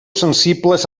sensibles